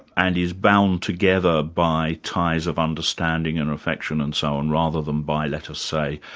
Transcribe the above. and is bound together by ties of understanding and affection and so on, rather than by let us say,